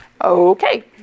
Okay